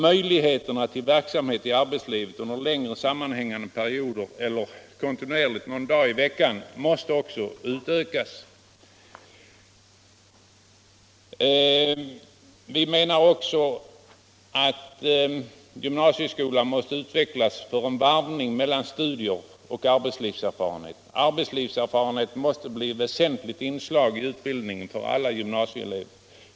Möjligheterna till verksamhet i arbetslivet, under längre sammanhängande perioder eller kontinuerligt någon dag per vecka, måste också utökas. 4. Gymnasieskolan måste utvecklas till en varvning mellan studier och arbetserfarenhet. Arbetslivserfarenhet måste bli ett väsentligt inslag i utbildningen för alla gymnasieelever.